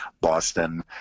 Boston